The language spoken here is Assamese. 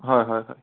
হয় হয় হয়